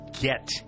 get